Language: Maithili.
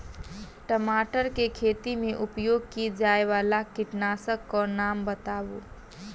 टमाटर केँ खेती मे उपयोग की जायवला कीटनासक कऽ नाम बताऊ?